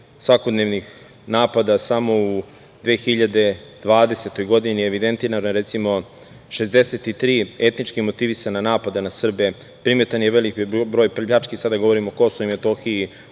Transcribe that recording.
svakodnevnih napada. Samo u 2020. godini evidentirana su, recimo, 63 etnički motivisana napada na Srbe, primetan je veliki broj pljački, sada govorim o Kosovu i Metohiji,